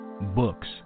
books